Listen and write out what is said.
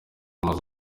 maze